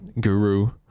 guru